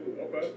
Okay